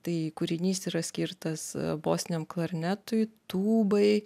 tai kūrinys yra skirtas bosiniam klarnetui tūbai